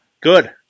Good